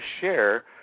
share